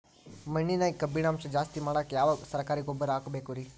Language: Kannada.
ಮಣ್ಣಿನ್ಯಾಗ ಕಬ್ಬಿಣಾಂಶ ಜಾಸ್ತಿ ಮಾಡಾಕ ಯಾವ ಸರಕಾರಿ ಗೊಬ್ಬರ ಹಾಕಬೇಕು ರಿ?